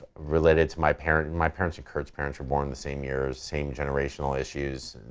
related to my parents, my parents and kurt's parents were born in the same year, same generational issues,